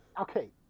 Okay